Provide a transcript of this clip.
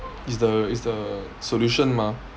is the is the solution mah